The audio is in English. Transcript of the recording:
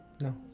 no